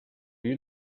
you